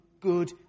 good